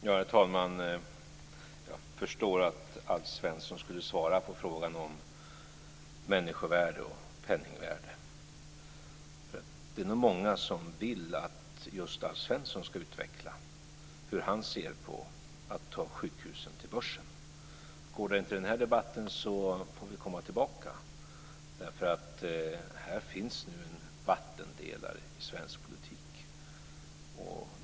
Herr talman! Jag förstår att Alf Svensson skulle svara på frågan om människovärde och penningvärde. Det är nog många som vill att just Alf Svensson ska utveckla hur han ser på att ta sjukhusen till börsen. Går det inte i den här debatten får vi komma tillbaka. Här finns nu en vattendelare i svensk politik.